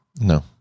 No